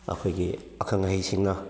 ꯑꯩꯈꯣꯏꯒꯤ ꯑꯈꯪ ꯑꯍꯩꯁꯤꯡꯅ